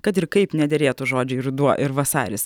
kad ir kaip nederėtų žodžiai ruduo ir vasaris